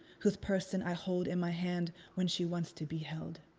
whose person i hold in my hand when she wants to be held.